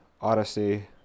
Odyssey